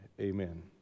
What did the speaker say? amen